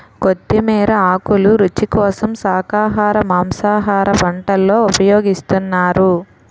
కొత్తిమీర ఆకులు రుచి కోసం శాఖాహార మాంసాహార వంటల్లో ఉపయోగిస్తున్నారు